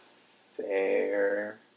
fair